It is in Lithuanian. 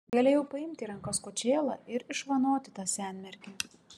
galėjau paimti į rankas kočėlą ir išvanoti tą senmergę